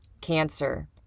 Cancer